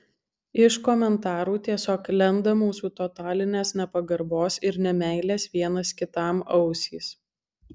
iš komentarų tiesiog lenda mūsų totalinės nepagarbos ir nemeilės vienas kitam ausys